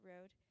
road